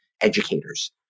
Educators